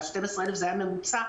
ה-12,000 היה ממוצע,